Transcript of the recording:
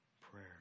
prayer